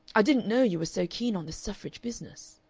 i didn't know you were so keen on this suffrage business.